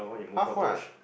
half what